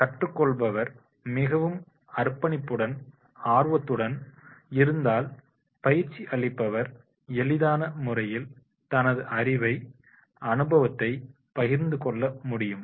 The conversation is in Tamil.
கற்றுக் கொள்பவர் மிகவும் அர்ப்பணிப்புடன் ஆர்வத்துடன் இருந்தால் பயிற்சி அளிப்பவர் எளிதான முறையில் தனது அறிவை அனுபவத்தை பகிர்ந்து கொள்ள முடியும்